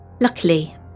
luckily